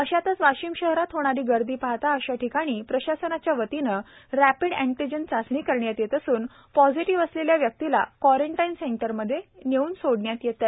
अशातच वाशीम शहरात होणारी गर्दी पाहता अशा ठिकाणी प्रशासनाच्यावतीने रॅपिड अँटीझन चाचणी करण्यात येतं असून पॉझिटिव्ह असलेल्या व्यक्तीला कवारंटाईन सेंटर मध्ये नेऊन सोडण्यात येतं आहे